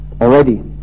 already